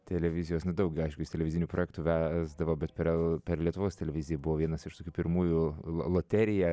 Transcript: televizijos nu daug aišku jis televizinių projektų vesdavo bet per el per lietuvos televiziją buvo vienas iš tokių pirmųjų l loterija